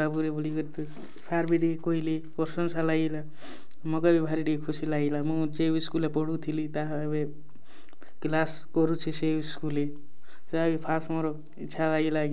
ବାବୁରେ ବୋଲିକରି ତ ସାର୍ ବି ଟିକେ କହିଲେ ପ୍ରଶଂସା ଲାଗିଲା ମୋକେ ବି ଭାରି ଟିକେ ଖୁସି ଲାଗିଲା ମୁଁ ଯେଉଁ ସ୍କୁଲ୍ରେ ପଢ଼ୁଥିଲି ତାହା ଏବେ କ୍ଲାସ୍ କରୁଛି ସେଇ ସ୍କୁଲ୍ ରେ ସେଟା ବି ଫାର୍ଷ୍ଟ୍ ମୋର ଇଚ୍ଛା ଲାଗିଲା